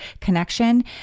connection